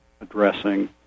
addressing